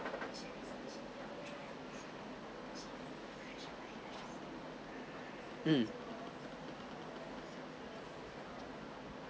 um